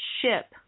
ship